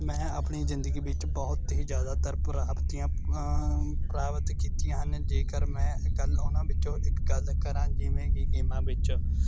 ਮੈਂ ਆਪਣੀ ਜ਼ਿੰਦਗੀ ਵਿੱਚ ਬਹੁਤ ਹੀ ਜ਼ਿਆਦਾਤਰ ਪ੍ਰਾਪਤੀਆਂ ਪ੍ਰਾਪਤ ਕੀਤੀਆਂ ਹਨ ਜੇਕਰ ਮੈਂ ਗੱਲ ਉਹਨਾਂ ਵਿੱਚੋਂ ਇੱਕ ਗੱਲ ਕਰਾਂ ਜਿਵੇਂ ਕਿ ਗੇਮਾਂ ਵਿੱਚ